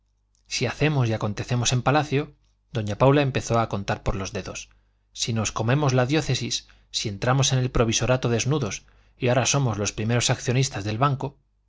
si hacemos y acontecemos en palacio doña paula empezó a contar por los dedos si nos comemos la diócesis si entramos en el provisorato desnudos y ahora somos los primeros accionistas del banco